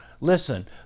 Listen